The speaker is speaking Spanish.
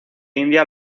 india